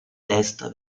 testa